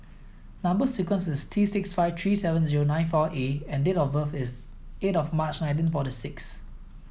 number sequence is T six five three seven zero nine four A and date of birth is eight of March nineteen forty six